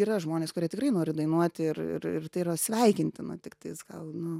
yra žmonės kurie tikrai nori dainuoti ir ir ir tai yra sveikintina tiktais gal nu